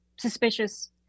suspicious